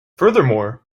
furthermore